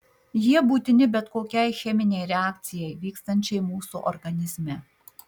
jie būtini bet kokiai cheminei reakcijai vykstančiai mūsų organizme